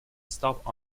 stop